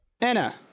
Anna